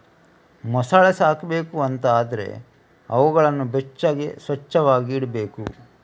ಮೊಸಳೆ ಸಾಕ್ಬೇಕು ಅಂತ ಆದ್ರೆ ಅವುಗಳನ್ನ ಬೆಚ್ಚಗೆ, ಸ್ವಚ್ಚವಾಗಿ ಇಡ್ಬೇಕು